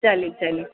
चालेल चालेल